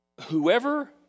Whoever